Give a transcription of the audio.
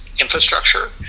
infrastructure